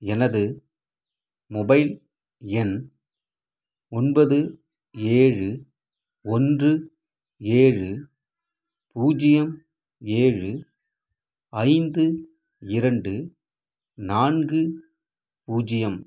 எனது மொபைல் எண் ஒன்பது ஏழு ஒன்று ஏழு பூஜ்ஜியம் ஏழு ஐந்து இரண்டு நான்கு பூஜ்ஜியம்